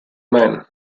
man